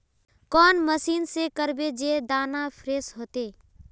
कौन मशीन से करबे जे दाना फ्रेस होते?